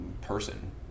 person